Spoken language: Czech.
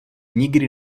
nikdy